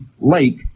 lake